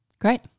Great